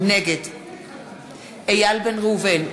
נגד איל בן ראובן,